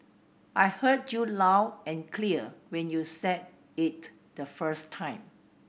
I heard you loud and clear when you said it the first time